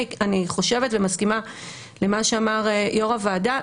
אני מסכימה עם מה שאמר יו"ר הוועדה,